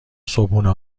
صبحونه